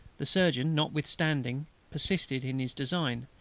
the surgeon notwithstanding persisted in his design,